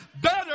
better